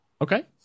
okay